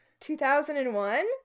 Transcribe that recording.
2001